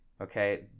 okay